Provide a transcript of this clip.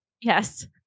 Yes